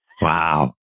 wow